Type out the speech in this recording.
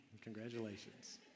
Congratulations